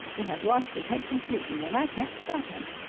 he has lost his head completely. and i can't stop him!